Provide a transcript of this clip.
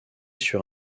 sur